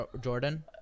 Jordan